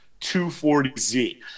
240Z